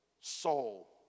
soul